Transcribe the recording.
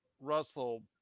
Russell